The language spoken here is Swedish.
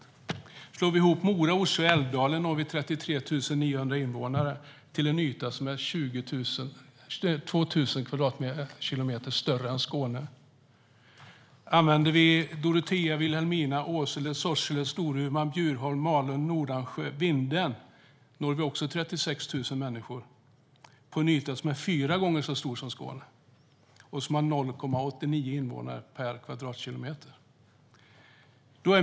Om vi slår ihop Mora, Orsa och Älvdalen får vi 33 000 nya invånare på en yta som är 2 000 kvadratkilometer större än Skåne. Om vi använder Dorotea, Vilhelmina, Åsele, Sorsele, Storuman, Bjurholm, Malung, Nordansjö och Vindeln når vi 36 000 människor på en yta som är fyra gånger så stor som Skåne och som har 0,89 invånare per kvadratkilometer.